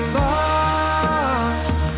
lost